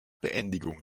beendigung